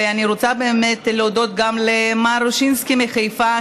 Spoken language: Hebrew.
ואני רוצה באמת להודות גם למר אושינסקי מחיפה,